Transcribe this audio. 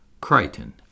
Crichton